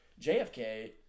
JFK